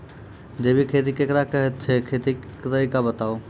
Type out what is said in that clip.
जैबिक खेती केकरा कहैत छै, खेतीक तरीका बताऊ?